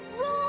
roll